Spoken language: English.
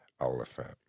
elephant